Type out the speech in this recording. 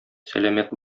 сәламәт